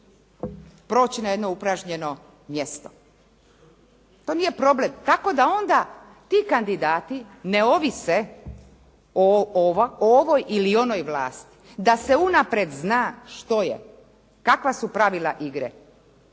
proći na jedno upražnjeno mjesto. To nije problem. Tako da onda ti kandidati ne ovise o ovoj ili onoj vlasti, da se unaprijed zna što je, kakva su pravila igre